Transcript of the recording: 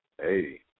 Hey